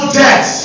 death